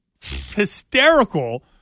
hysterical